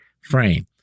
frame